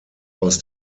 aus